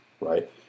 right